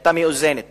שהיתה מאוזנת